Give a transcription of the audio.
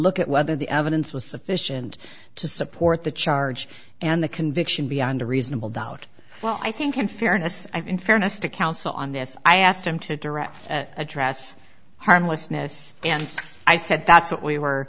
look at whether the evidence was sufficient to support the charge and the conviction beyond a reasonable doubt well i think in fairness in fairness to counsel on this i asked him to directly address harmlessness and i said that's what we were